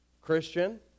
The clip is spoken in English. Christian